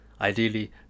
ideally